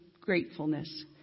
gratefulness